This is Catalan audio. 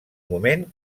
moment